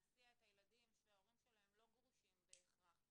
להסיע את הילדים שההורים שלהם לא גרושים בהכרח,